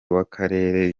w’akarere